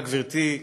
תודה, גברתי.